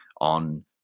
on